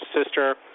sister